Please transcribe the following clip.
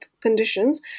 conditions